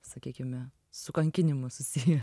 sakykime su kankinimu susiję